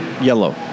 Yellow